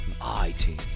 I-team